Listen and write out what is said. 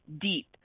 deep